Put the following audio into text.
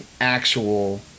actual